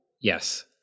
Yes